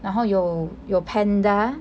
然后有有 panda